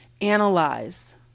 analyze